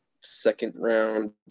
second-round